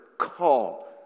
call